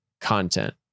content